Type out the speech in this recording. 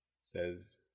Says